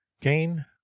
gain